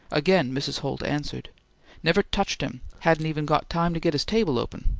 again mrs. holt answered never touched him! hadn't even got time to get his table open.